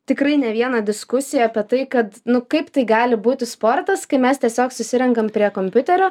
tikrai ne vieną diskusiją apie tai kad nu kaip tai gali būti sportas kai mes tiesiog susirenkam prie kompiuterio